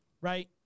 Right